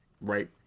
right